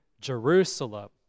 Jerusalem